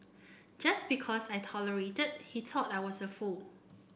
just because I tolerated he thought I was a fool